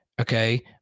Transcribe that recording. Okay